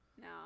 No